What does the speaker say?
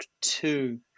two